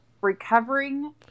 recovering